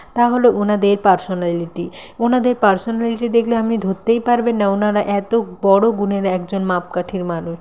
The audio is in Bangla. তা হলো ওনাদের পার্সোনালিটি ওনাদের পার্সোনালিটি দেখলে আপনি ধরতেই পারবেন না ওনারা এত বড় গুণের একজন মাপকাঠির মানুষ